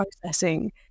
processing